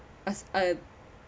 as a